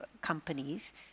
companies